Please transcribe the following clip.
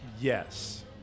yes